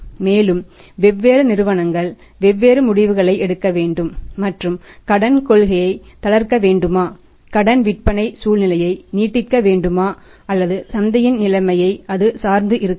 மேலும் வெவ்வேறு நிறுவனங்கள் வெவ்வேறு முடிவுகளை எடுக்க வேண்டும் மற்றும் கடன் கொள்கையை தளர்த்த வேண்டுமா கடன் விற்பனை சூழ்நிலையை நீட்டிக்க வேண்டுமா அல்லது சந்தையின் நிலைமையை அது சார்ந்து இருக்காது